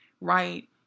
right